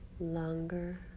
Longer